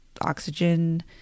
oxygen